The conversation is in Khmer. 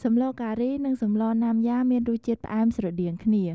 សម្លរការីនិងសម្លណាំយ៉ា មានរសជាតិផ្អែមស្រដៀងគ្នា។